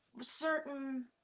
certain